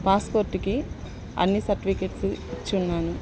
పాస్పోర్టుకి అన్ని సర్టిఫికేట్స్ ఇచ్చి ఉన్నాను